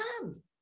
come